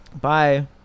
Bye